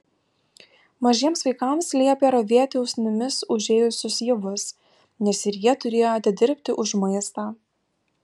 mažiems vaikams liepė ravėti usnimis užėjusius javus nes ir jie turėjo atidirbti už maistą